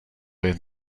jen